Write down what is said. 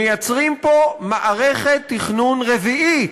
מייצרים פה מערכת תכנון רביעית,